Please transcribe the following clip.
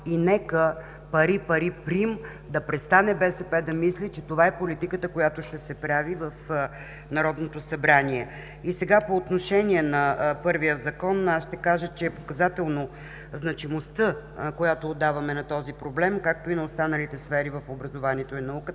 И нека – пари, пари прим – да престане БСП да мисли, че това е политиката, която ще се прави в Народното събрание! Сега по отношение на първия Закон. Ще кажа, че е показателна значимостта, която отдаваме на този проблем, както и на останалите сфери в образованието и науката.